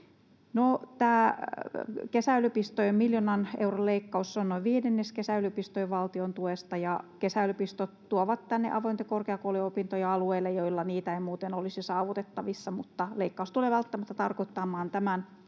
kesäyliopistojen miljoonan euron leikkaus on noin viidennes kesäyliopistojen valtiontuesta. Kesäyliopistot tuovat avoimia korkeakouluopintoja alueille, joilla niitä ei muuten olisi saavutettavissa, mutta leikkaus tulee välttämättä tarkoittamaan tämän alueellisen